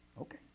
Okay